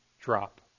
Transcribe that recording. drop